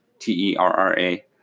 T-E-R-R-A